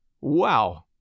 wow